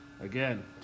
Again